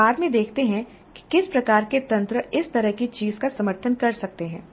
हम बाद में देखते हैं कि किस प्रकार के तंत्र इस तरह की चीज़ का समर्थन कर सकते हैं